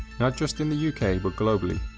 not just in the u k but globally.